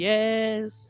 Yes